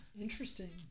Interesting